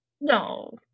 No